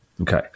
Okay